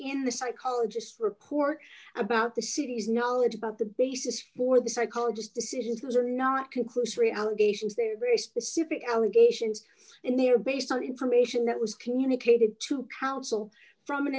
in the psychologist report about the city's knowledge about the basis for the psychologist decisions are not conclusory allegations there are very specific allegations and they are based on information that was communicated to counsel from an